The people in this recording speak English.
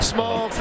Small